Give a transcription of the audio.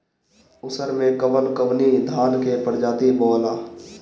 उसर मै कवन कवनि धान के प्रजाति बोआला?